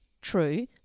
True